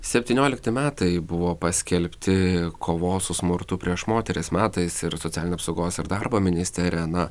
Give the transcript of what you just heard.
septyniolikti metai buvo paskelbti kovos su smurtu prieš moteris metais ir socialinė apsaugos ir darbo ministrė irena